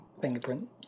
fingerprint